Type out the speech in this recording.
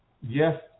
yes